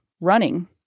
running